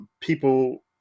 people